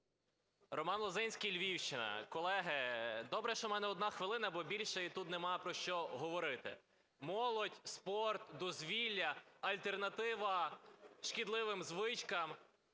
Роман Лозинський, Львівщина. Колеги, добре, що у мене одна хвилина, бо більше тут нема про що говорити. Молодь, спорт, дозвілля, альтернатива шкідливим звичкам,